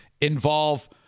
involve